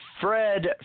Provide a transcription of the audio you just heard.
Fred